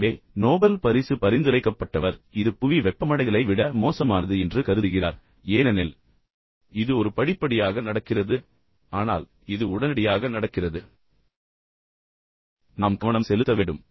எனவே நோபல் பரிசு பரிந்துரைக்கப்பட்டவர் இது புவி வெப்பமடைதலை விட மோசமானது என்று கருதுகிறார் ஏனெனில் இது ஒரு படிப்படியாக நடக்கிறது ஆனால் இது உடனடியாக நடக்கிறது நாம் கவனம் செலுத்த வேண்டும்